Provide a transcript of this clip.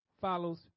follows